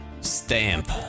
Stamp